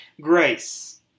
grace